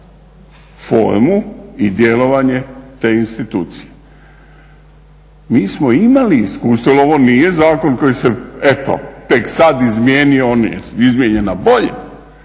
formu i djelovanje te institucije. Mi smo imali iskustvo, jer ovo nije zakon koji se eto tek sad izmijenio, on je izmijenjen na bolje,